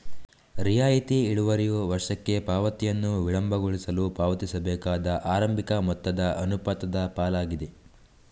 ರಿಯಾಯಿತಿ ಇಳುವರಿಯು ವರ್ಷಕ್ಕೆ ಪಾವತಿಯನ್ನು ವಿಳಂಬಗೊಳಿಸಲು ಪಾವತಿಸಬೇಕಾದ ಆರಂಭಿಕ ಮೊತ್ತದ ಅನುಪಾತದ ಪಾಲಾಗಿದೆ